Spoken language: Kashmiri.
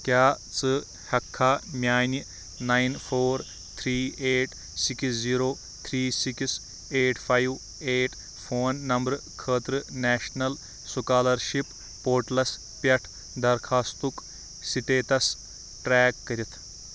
کیٛاہ ژٕ ہیٚکٕکھا میٛانہِ nine four three eight six zero three six eight five eight phone نمبرٕ خٲطرٕ نیشنل سُکالرشِپ پورٹلس پٮ۪ٹھ درخاستُک سِٹیٹس ٹرٛیک کٔرِتھ